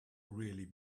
really